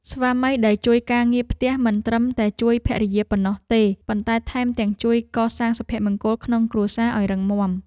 ស្វាមីដែលជួយការងារផ្ទះមិនត្រឹមតែជួយភរិយាប៉ុណ្ណោះទេ ប៉ុន្តែថែមទាំងជួយកសាងសុភមង្គលក្នុងគ្រួសារឱ្យរឹងមាំ។